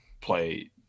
play